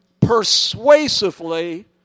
persuasively